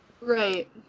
Right